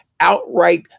outright